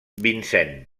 vincent